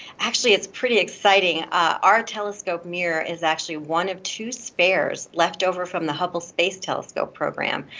actually it's pretty exciting. our telescope mirror is actually one of two spares leftover from the hubble space telescope program.